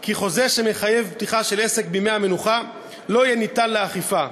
כי חוזה שמחייב פתיחה של עסק בימי המנוחה לא יהיה ניתן לאכיפה.